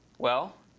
well,